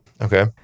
Okay